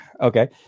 okay